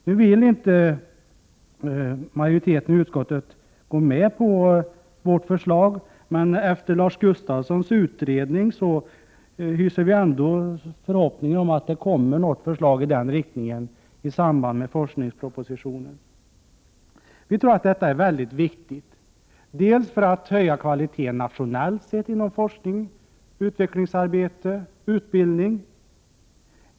Nu vill inte majoriteten i utskottet gå med på vårt förslag, men efter Lars Gustafssons utredning hyser vi ändå förhoppningar om att det kommer att framläggas ett förslag i denna riktning i samband med forskningspropositionen. Vi tror att detta är väldigt viktigt för att höja kvaliteten nationellt sett inom forskning, utvecklingsarbete och utbildning.